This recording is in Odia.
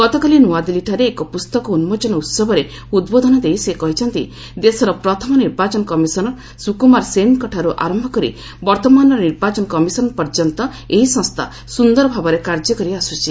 ଗତକାଲି ନ୍ତଆଦିଲ୍ଲୀଠାରେ ଏକ ପୁସ୍ତକ ଉନ୍କୋଚନ ଉହବରେ ଉଦ୍ବୋଧନ ଦେଇ ସେ କହିଛନ୍ତି ଦେଶର ପ୍ରଥମ ନିର୍ବାଚନ କମିଶନର ସୁକୁମାର ସେନ୍ଙ୍କଠାରୁ ଆରମ୍ଭ କରି ବର୍ତ୍ତମାନର ନିର୍ବାଚନ କମିଶନଙ୍କ ପର୍ଯ୍ୟନ୍ତ ଏହି ସଂସ୍ଥା ସୁନ୍ଦର ଭାବରେ କାର୍ଯ୍ୟ କରି ଆସୁଛି